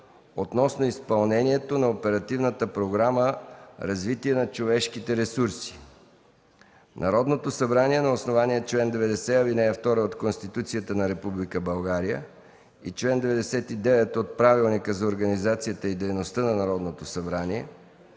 относно изпълнението на Оперативна програма „Развитие на човешките ресурси” Народното събрание на основание чл. 90, ал. 2 от Конституцията на Република България и чл. 99 от Правилника за организацията и дейността на Народното събрание